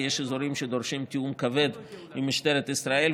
כי יש אזורים שדורשים תיאום כבד עם משטרת ישראל,